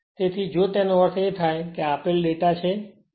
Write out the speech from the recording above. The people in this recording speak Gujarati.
તેથી જો તેનો અર્થ એ કે આ આપેલ ડેટા છે